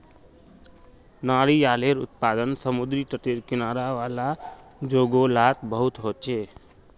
नारियालेर उत्पादन समुद्री तटेर किनारा वाला जोगो लात बहुत होचे